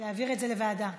להעביר את זה לוועדה.